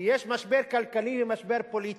כי יש משבר כלכלי ומשבר פוליטי,